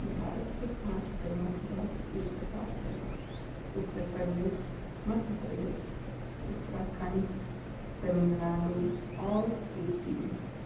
भारत के पाँच प्रमुख राज्य इस प्रकार से हैं उत्तर प्रदेश मध्य प्रदेश उत्तराखंड तमिलनाडु और सिक्किम